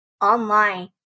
online